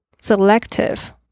Selective